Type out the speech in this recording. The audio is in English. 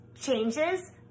changes